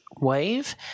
wave